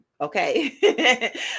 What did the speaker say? Okay